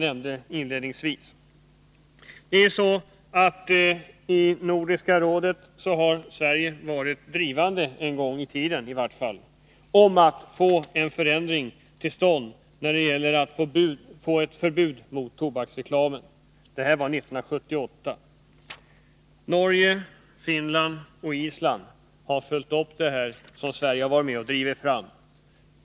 I Nordiska rådet har Sverige i varje fall en gång i tiden varit pådrivande när det gällt att få till stånd ett förbud mot tobaksreklam. Det skedde 1978. Norge, Finland och Island har följt upp detta som Sverige varit med om att driva fram.